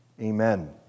amen